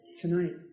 tonight